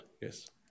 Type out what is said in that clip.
yes